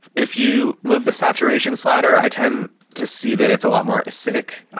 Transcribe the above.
if you move the saturation slider. i tend to see that it's a lot more acidic, um,